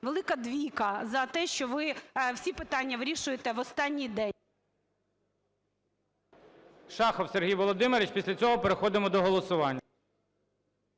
велика двійка за те, що ви всі питання вирішуєте в останній день. ГОЛОВУЮЧИЙ. Шахов Сергій Володимирович. Після цього переходимо до голосування.